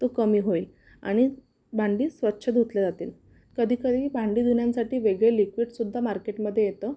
तो कमी होईल आणि भांडी स्वच्छ धुतली जातील कधी कधी भांडी धुण्यासाठी वेगळे लिक्विडसुद्धा मार्केटमध्ये येतं